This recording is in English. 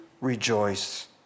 rejoice